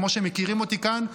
כמו שמכירים אותי כאן,